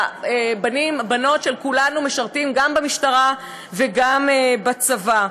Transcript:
והבנים והבנות של כולנו משרתים גם במשטרה וגם בצבא.